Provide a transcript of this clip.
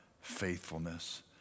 faithfulness